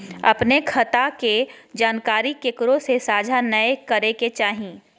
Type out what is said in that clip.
अपने खता के जानकारी केकरो से साझा नयय करे के चाही